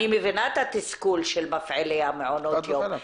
אני מבינה את התסכול של מפעילי מעונות יום.